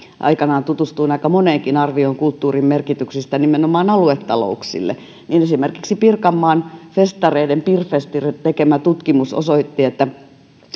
aikanaan tutustuin aika moneenkin arvioon kulttuurin merkityksistä nimenomaan aluetalouksille niin esimerkiksi pirkanmaan festareiden pirfest ryn tekemä tutkimus osoitti että